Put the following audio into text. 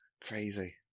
Crazy